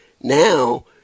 now